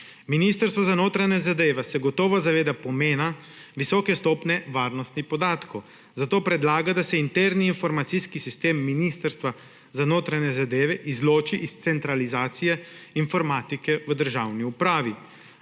Ministrstvo za notranje zadeve se gotovo zaveda pomena visoke stopnje varnosti podatkov, zato predlaga, da se interni informacijski sistem Ministrstva za notranje zadeve izloči iz centralizacije informatike v državni upravi.